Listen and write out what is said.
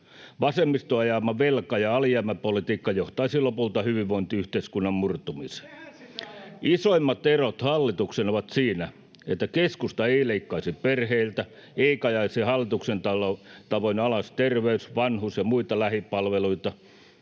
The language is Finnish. Vasemmiston ajama velka- ja alijäämäpolitiikka johtaisi lopulta hyvinvointiyhteiskunnan murtumiseen. [Jussi Saramo: Tehän sitä ajatte!] Isoimmat erot hallitukseen ovat siinä, että keskusta ei leikkaisi perheiltä eikä ajaisi hallituksen tavoin alas terveys-, vanhus- ja muita lähipalveluita.